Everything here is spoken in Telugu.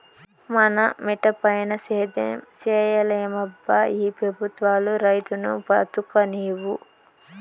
మన మిటపైన సేద్యం సేయలేమబ్బా ఈ పెబుత్వాలు రైతును బతుకనీవు